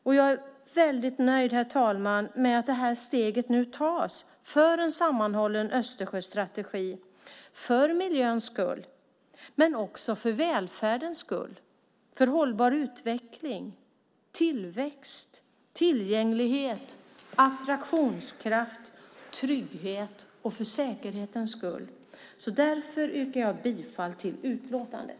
Och jag är väldigt nöjd, herr talman, med att det här steget nu tas för en sammanhållen Östersjöstrategi för miljöns skull men också för välfärdens skull, för hållbar utveckling, tillväxt, tillgänglighet, attraktionskraft, trygghet och för säkerhetens skull. Därför yrkar jag bifall till utlåtandet.